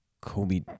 Kobe